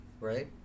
right